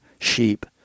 sheep